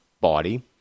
body